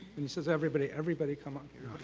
he says everybody, everybody come up here.